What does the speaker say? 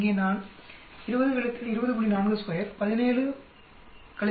இங்கே நான் 20 20